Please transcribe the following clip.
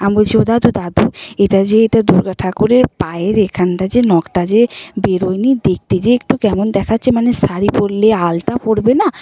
আম বলছি ও দাদু দাদু এটা যে এটা দুর্গা ঠাকুরের পায়ের এখানটা যে নখটা যে বেরোয়নি দেখতে যে একটু কেমন দেখাচ্ছে মানে শাড়ি পরলে আলতা পরবে না